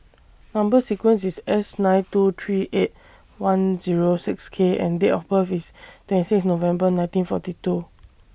Number sequence IS S nine two three eight one Zero six K and Date of birth IS twenty six November nineteen forty two